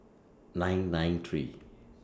nine nine three